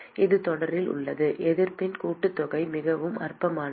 இது தொடரில் உள்ளது எதிர்ப்பின் கூட்டுத்தொகை மிகவும் அற்பமானது